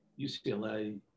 UCLA